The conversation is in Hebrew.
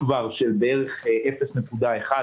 של בערך 0.1%,